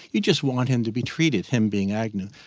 you just want him to be treated, him being agnew,